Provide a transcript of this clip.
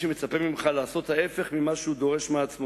שמצפה ממך לעשות ההיפך ממה שהוא דורש מעצמו.